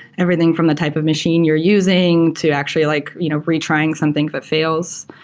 everything from the type of machine you're using, to actually like you know retrying something if it fails.